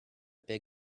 big